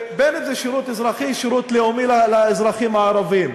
אם בשירות אזרחי או שירות לאומי לאזרחים הערבים,